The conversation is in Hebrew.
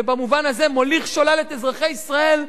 ובמובן הזה מוליך שולל את אזרחי ישראל,